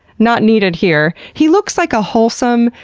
not needed here! he looks like wholesome,